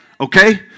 Okay